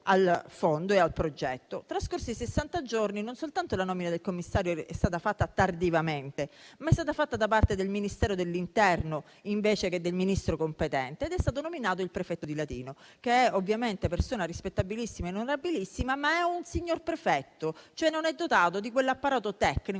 al fondo e al progetto; trascorsi i sessanta giorni, non soltanto la nomina del commissario è stata fatta tardivamente, ma è stata fatta da parte del Ministro dell'interno, invece che del Ministro competente, ed è stato nominato il prefetto di Latina, che ovviamente è persona rispettabilissima e onorabilissima, ma è un prefetto, cioè all'interno della Prefettura